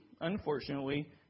unfortunately